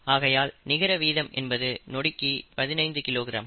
ஆகையால் நிகர வீதம் என்பது நொடிக்கு 15 கிலோகிராம்